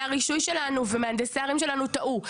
הרישוי שלנו ומהנדסי הערים שלנו טעו.